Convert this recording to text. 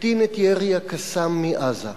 תקטין את ירי ה"קסאמים" מעזה.